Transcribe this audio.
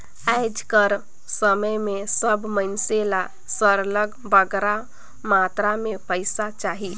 आएज कर समे में सब मइनसे ल सरलग बगरा मातरा में पइसा चाही